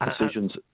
Decisions